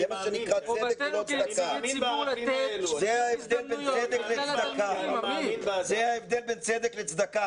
זה ההבדל בין צדק לצדקה.